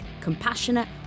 compassionate